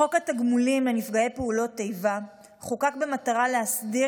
חוק התגמולים לנפגעי פעולות איבה חוקק במטרה להסדיר